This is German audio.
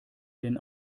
denn